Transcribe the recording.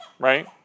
Right